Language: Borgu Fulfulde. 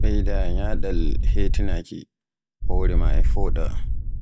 ɓeyda ñyaaɗal hetinaaki hore ma e fooɗa.